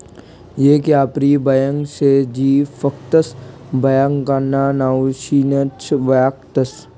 येक यापारी ब्यांक शे जी फकस्त ब्यांकना नावथीनच वयखतस